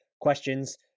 questions